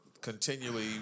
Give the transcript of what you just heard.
continually